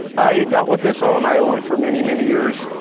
i dealt with this all on my own for many, many years.